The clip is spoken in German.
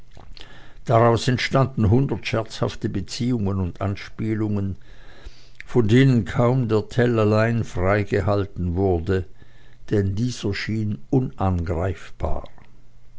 daraus entstanden hundert scherzhafte beziehungen und anspielungen von denen kaum der tell allein freigehalten wurde denn dieser schien unangreifbar